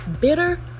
bitter